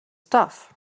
stuff